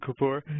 Kapoor